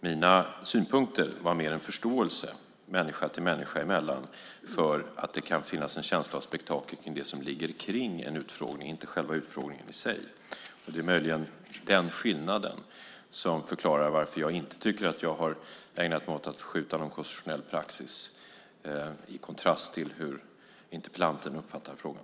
Mina synpunkter var mer en förståelse från människa till människa för att det kan finnas en känsla av spektakel i det som ligger kring en utfrågning, inte själva utfrågningen i sig. Det är möjligen den skillnaden som förklarar varför jag inte tycker att jag har ägnat mig åt att förskjuta någon konstitutionell praxis, i kontrast till hur interpellanten uppfattar frågan.